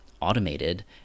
automated